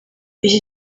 iki